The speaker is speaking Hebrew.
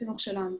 לחינוך שלנו.